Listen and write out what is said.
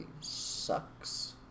sucks